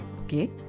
Okay